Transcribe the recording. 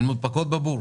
הן מונפקות בבורסה.